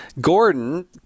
Gordon